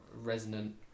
resonant